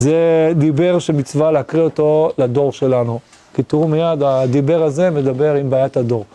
זה דיבר שמצווה להקריא אותו לדור שלנו. כי תראו מיד, הדיבר הזה מדבר עם בעיית הדור.